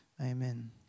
Amen